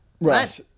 right